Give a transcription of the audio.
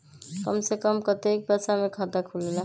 कम से कम कतेइक पैसा में खाता खुलेला?